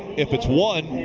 if it's one,